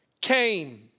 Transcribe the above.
came